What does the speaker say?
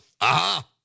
Aha